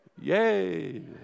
Yay